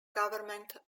government